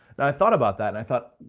and i thought about that and i thought,